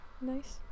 Nice